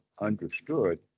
understood